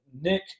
Nick